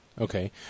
Okay